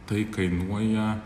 tai kainuoja